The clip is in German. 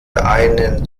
einen